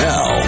Now